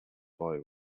boy